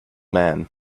man